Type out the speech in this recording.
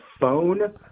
phone